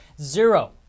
zero